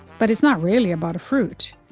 but it's not really about a fruit.